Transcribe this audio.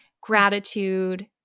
gratitude